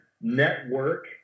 network